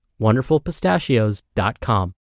wonderfulpistachios.com